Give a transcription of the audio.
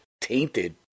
tainted